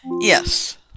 Yes